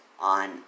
on